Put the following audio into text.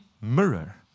mirror